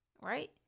Right